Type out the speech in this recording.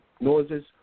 noises